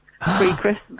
pre-Christmas